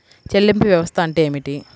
చెల్లింపు వ్యవస్థ అంటే ఏమిటి?